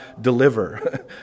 deliver